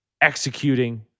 executing